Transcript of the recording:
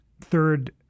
Third